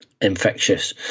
infectious